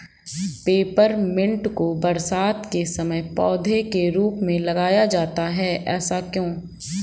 Peppermint को बरसात के समय पौधे के रूप में लगाया जाता है ऐसा क्यो?